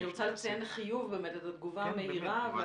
אני רוצה לציין לחיוב באמת את התגובה המהירה.